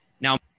now